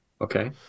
okay